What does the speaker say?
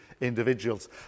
individuals